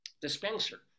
dispenser